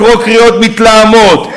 לקרוא קריאות מתלהמות,